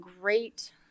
great